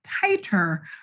tighter